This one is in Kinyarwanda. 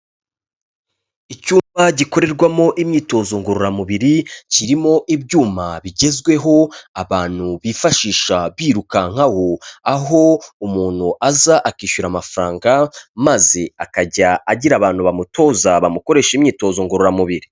Icyumba gikorerwamo imyitozo ngororamubiri, kirimo ibyuma bigezweho abantu bifashisha birukankaho, aho umuntu aza akishyura amafaranga maze akajya agira abantu bamutoza bamukoresha imyitozo ngororamubiri.